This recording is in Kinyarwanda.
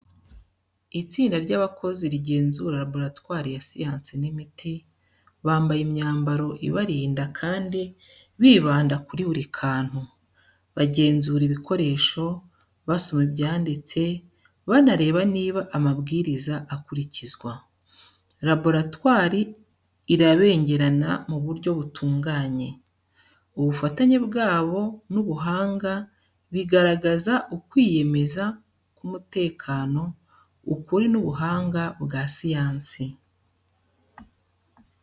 Itsinda ry’abakozi rigenzura laboratwari ya siyansi y’imiti, bambaye imyambaro ibarinda kandi bibanda kuri buri kantu. Bagenzura ibikoresho, basoma ibyanditse, banareba niba amabwiriza akurikizwa. Laboratwari irabengerana mu buryo butunganye. Ubufatanye bwabo n’ubuhanga bigaragaza ukwiyemeza ku mutekano, ukuri n’ubuhanga bwa siyansi.